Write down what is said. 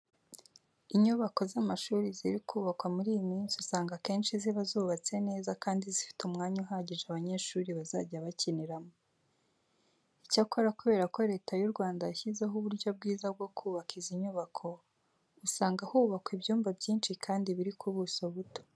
Inyubako z'amashuri ziri kubakwa muri iyi minsi usanga akenshi ziba zubatse neza kandi zifite umwanya uhagije abanyeshuri bazajya bakiniramo. Icyakora kubera ko Leta y'u Rwanda yashyizeho uburyo bwiza bwo kubakamo izi nyubako, usanga hubakwa ibyumba byinshi kandi biri ku buso buto.